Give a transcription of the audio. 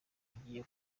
bigiye